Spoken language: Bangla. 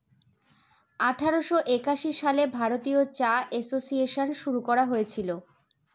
আঠারোশো একাশি সালে ভারতীয় চা এসোসিয়েসন শুরু করা হয়েছিল